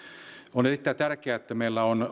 on erittäin tärkeää että meillä on